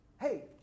Hey